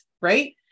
Right